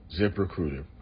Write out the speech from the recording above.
ZipRecruiter